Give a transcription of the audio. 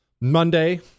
Monday